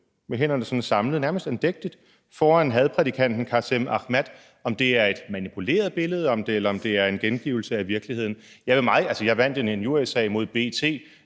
med hænderne sådan samlet, nærmest andægtigt, foran hadprædikanten Kasem Ahmad, er et manipuleret billede, eller om det er en gengivelse af virkeligheden? Altså, jeg vandt en injuriesag imod B.T.,